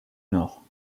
nord